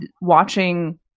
watching